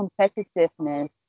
competitiveness